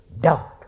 doubt